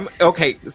Okay